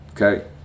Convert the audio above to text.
okay